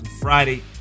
Friday